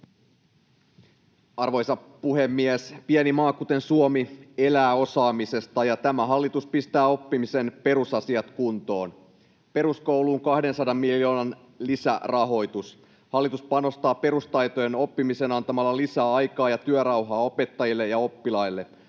Arvoisa puhemies! Pieni maa, kuten Suomi, elää osaamisesta, ja tämä hallitus pistää oppimisen perusasiat kuntoon: peruskouluun 200 miljoonan lisärahoitus. Hallitus panostaa perustaitojen oppimiseen antamalla lisää aikaa ja työrauhaa opettajille ja oppilaille.